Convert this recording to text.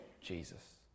Jesus